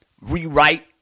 rewrite